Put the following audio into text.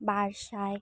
ᱵᱟᱨ ᱥᱟᱭ